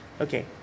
Okay